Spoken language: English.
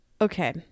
Okay